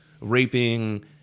raping